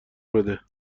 بده